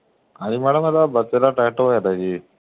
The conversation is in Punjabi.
ਹਾਂਜੀ ਮੈਡਮ ਇਹਦਾ ਬੱਚੇ ਦਾ ਟੈਸਟ ਹੋਇਆ ਤਾ ਜੀ